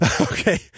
Okay